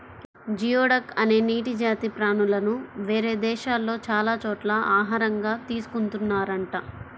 geoduck అనే నీటి జాతి ప్రాణులను వేరే దేశాల్లో చాలా చోట్ల ఆహారంగా తీసుకున్తున్నారంట